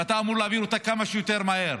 ואתה אמור להעביר אותה כמה שיותר מהר,